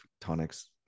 tonics